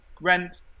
rent